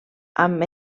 amb